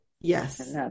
yes